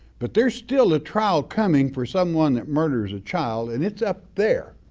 but there's still a trial coming for someone that murders a child and it's up there.